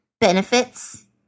benefits